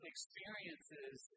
experiences